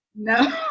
No